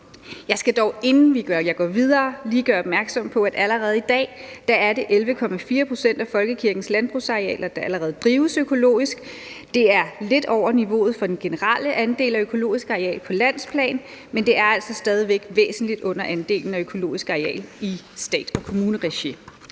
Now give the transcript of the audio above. Jeg skal dog, inden jeg går videre, lige gøre opmærksom på, at allerede i dag er det 11,4 pct. af folkekirkens landbrugsarealer, der drives økologisk. Det er lidt over niveauet for den generelle andel af økologisk areal på landsplan, men det er altså stadig væk væsentligt under andelen af økologisk areal i stats- og kommuneregi.